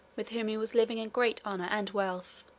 with whom he was living in great honor and wealth.